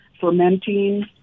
fermenting